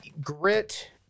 Grit